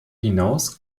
hinaus